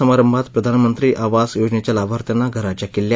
समारंभात प्रधानमंत्री आवास योजनेच्या लाभार्थ्याना घराच्या किल्ल्या